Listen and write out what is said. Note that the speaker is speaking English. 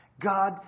God